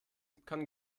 kann